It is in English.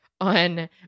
on